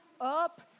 up